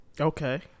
Okay